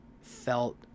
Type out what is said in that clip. felt